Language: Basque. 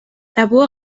tabua